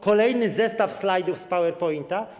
Kolejny zestaw slajdów z PowerPointa?